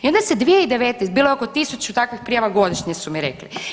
I onda se 2019., bilo je oko 1000 takvih prijava godišnje su mi rekli.